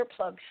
earplugs